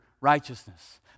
righteousness